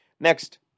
Next